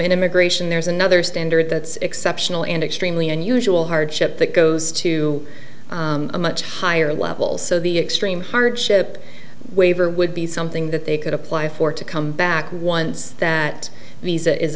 immigration there's another standard that's exceptional and extremely unusual hardship that goes to a much higher level so the extreme hardship waiver would be something that they could apply for to come back once that these a is